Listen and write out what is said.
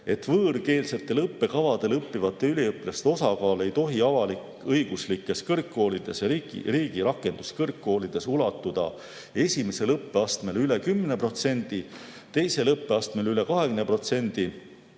et võõrkeelsetel õppekavadel õppivate üliõpilaste osakaal ei tohi avalik-õiguslikes kõrgkoolides ja riigi rakenduskõrgkoolides ulatuda esimesel õppeastmel üle 10%, teisel õppeastmel üle 20%